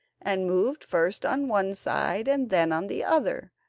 and moved first on one side and then on the other,